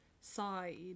side